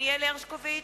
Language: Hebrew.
דניאל הרשקוביץ,